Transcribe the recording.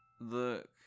look